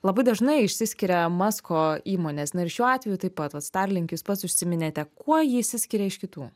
labai dažnai išsiskiria masko įmonės na ir šiuo atveju taip pat vat starlink jūs pats užsiminėte kuo ji išsiskiria iš kitų